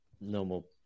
normal